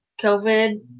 COVID